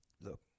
Look